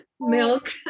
milk